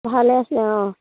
ভালে আছে অঁ